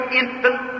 infant